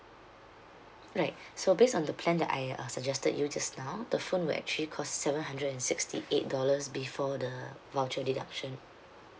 right so based on the plan that I uh suggested you just now the phone will actually cost seven hundred and sixty eight dollars before the voucher deduction